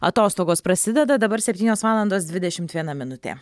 atostogos prasideda dabar septynios valandos dvidešimt viena minutė